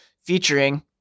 featuring